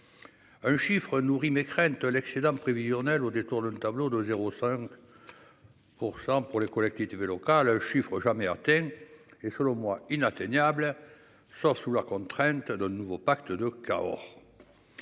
Un chiffre nourri mais craignent l'excédent prévisionnel au détour d'un tableau de 0, 5. Pourcent pour les collectivités vélo cas le chiffre jamais atteint et selon moi inatteignable. Sauf sous la contrainte d'un nouveau pacte de Cahors.